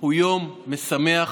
הוא יום משמח,